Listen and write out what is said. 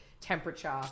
temperature